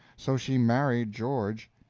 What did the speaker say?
so she married george,